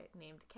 named